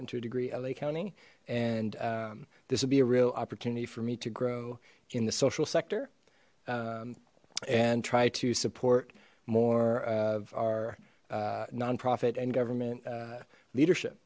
into a degree la county and um this will be a real opportunity for me to grow in the social sector and try to support more of our non profit and government uh leadership